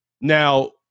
Now